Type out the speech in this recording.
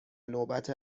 نوبت